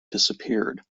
disappeared